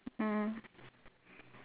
mm